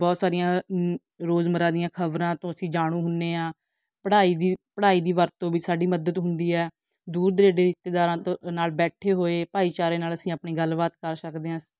ਬਹੁਤ ਸਾਰੀਆਂ ਰੋਜ਼ਮਰਾਂ ਦੀਆਂ ਖ਼ਬਰਾਂ ਤੋਂ ਅਸੀਂ ਜਾਣੂ ਹੁੰਦੇ ਹਾਂ ਪੜ੍ਹਾਈ ਦੀ ਪੜ੍ਹਾਈ ਦੀ ਵਰਤੋਂ ਵਿੱਚ ਸਾਡੀ ਮਦਦ ਹੁੰਦੀ ਹੈ ਦੂਰ ਦੁਰੇਡੇ ਰਿਸ਼ਤੇਦਾਰਾਂ ਤੋਂ ਨਾਲ ਬੈਠੇ ਹੋਏ ਭਾਈਚਾਰੇ ਨਾਲ ਅਸੀਂ ਆਪਣੀ ਗੱਲਬਾਤ ਕਰ ਸਕਦੇ ਹਾਂ